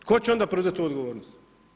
Tko će onda preuzet tu odgovornost?